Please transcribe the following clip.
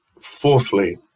fourthly